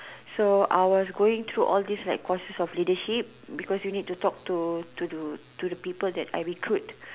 so I was going through all these like courses of leadership because you need to talk to to to to to the people that I recruit